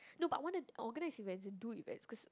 no but I want to organise events and do events cause